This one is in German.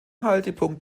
haltepunkt